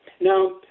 Now